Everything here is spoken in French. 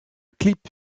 clip